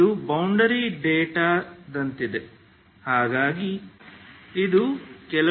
ಇದು ಬೌಂಡರಿ ಡೇಟಾದಂತಿದೆ ಹಾಗಾಗಿ ಇದು ಕೆಲವು ಡೇಟಾ